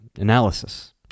analysis